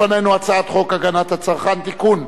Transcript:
לפנינו הצעת חוק הגנת הצרכן (תיקון,